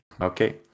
Okay